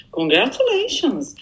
congratulations